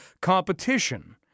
Competition